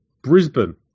Brisbane